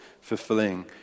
fulfilling